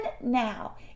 now